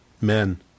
men